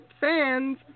fans